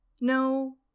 No